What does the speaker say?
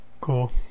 Cool